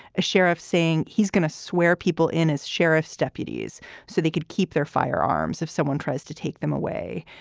sheriff saying he's going to swear people in as sheriff's deputies so they could keep their firearms if someone tries to take them away.